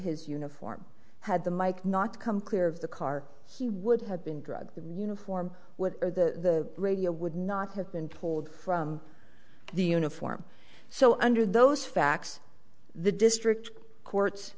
his uniform had the mike not come clear of the car he would have been drugged the uniform what are the radio would not have been pulled from the uniform so under those facts the district court